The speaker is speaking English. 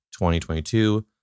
2022